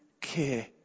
care